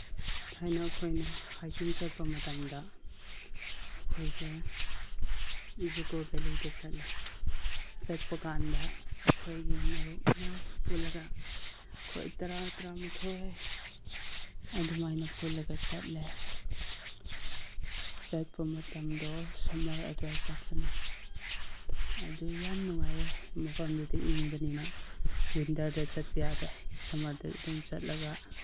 ꯊꯥꯏꯅ ꯑꯩꯈꯣꯏꯅ ꯍꯥꯏꯀꯤꯡ ꯆꯠꯄ ꯃꯇꯝꯗ ꯑꯩꯈꯣꯏꯁꯦ ꯖꯨꯀꯣ ꯚꯦꯂꯤꯗ ꯆꯠꯂꯦ ꯆꯠꯄꯀꯥꯟꯗ ꯑꯩꯈꯣꯏꯒꯤ ꯃꯔꯨꯞ ꯃꯌꯥꯝ ꯄꯨꯜꯂꯒ ꯑꯩꯈꯣꯏ ꯇꯔꯥ ꯇꯔꯥꯃꯥꯊꯣꯏ ꯑꯗꯨꯃꯥꯏꯅ ꯄꯨꯜꯂꯒ ꯆꯠꯂꯦ ꯆꯠꯄ ꯃꯇꯝꯗꯣ ꯁꯃꯔ ꯑꯗꯨꯋꯥꯏ ꯆꯠꯄꯅꯦ ꯑꯗꯨ ꯌꯥꯝ ꯅꯨꯡꯉꯥꯏꯌꯦ ꯃꯐꯝꯗꯨꯗꯤ ꯏꯪꯕꯅꯤꯅ ꯋꯤꯟꯇꯔꯗ ꯆꯠꯄ ꯌꯥꯗꯦ ꯁꯃꯔꯗ ꯑꯗꯨꯝ ꯆꯠꯂꯒ